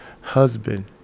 husband